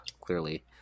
clearly